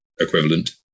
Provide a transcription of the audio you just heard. equivalent